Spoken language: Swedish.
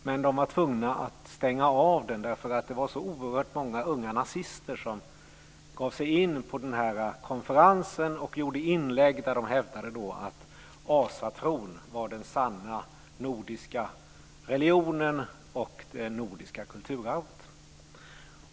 Men de var tvungna att stänga av den därför att det var så oerhört många unga nazister som gav sig in på konferensen och gjorde inlägg där de hävdade att asatron var den sanna nordiska religionen och det nordiska kulturarvet.